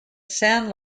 san